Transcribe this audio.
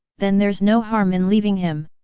then there's no harm in leaving him.